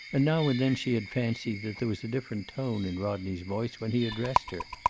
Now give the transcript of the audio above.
and now and then she had fancied that there was a different tone in rodney's voice when he addressed her.